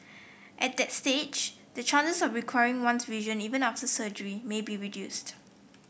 at that stage the chances of recovering one's vision even after surgery may be reduced